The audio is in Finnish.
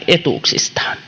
etuuksistaan